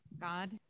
God